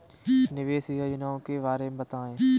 निवेश योजनाओं के बारे में बताएँ?